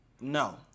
No